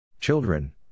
Children